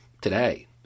today